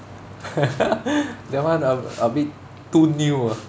that one a a bit too new ah